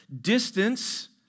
Distance